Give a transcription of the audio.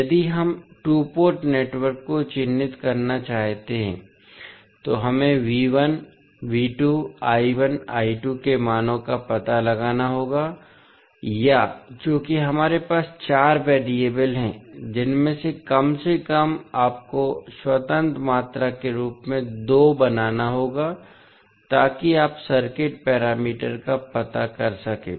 यदि हम two port network को चिह्नित करना चाहते हैं तो हमें के मानों का पता लगाना होगा या चूंकि हमारे पास चार वेरिएबल हैं जिनमें से कम से कम आपको स्वतंत्र मात्रा के रूप में 2 बनाना होगा ताकि आप सर्किट पैरामीटर का पता कर सकें